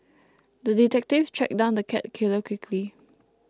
the detective tracked down the cat killer quickly